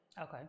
okay